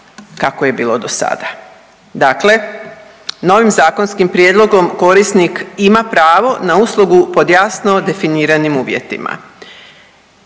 kako je bilo do sada. Dakle, novim zakonskim prijedlogom korisnik ima pravo na uslugu pod jasno definiranim uvjetima.